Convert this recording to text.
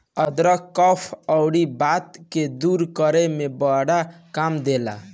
अदरक कफ़ अउरी वात के दूर करे में बड़ा काम देला